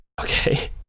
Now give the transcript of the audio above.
Okay